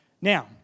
Now